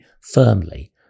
firmly